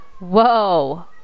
Whoa